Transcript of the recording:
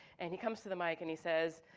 and he comes to the mic and he says,